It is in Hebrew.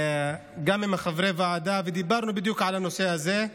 גם עם חברי הוועדה, ודיברנו בדיוק על הנושא הזה.